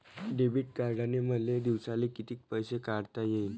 Debit कार्डनं मले दिवसाले कितीक पैसे काढता येईन?